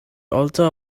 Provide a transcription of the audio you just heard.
also